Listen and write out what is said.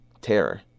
Terror